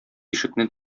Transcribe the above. ишекне